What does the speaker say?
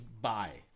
Bye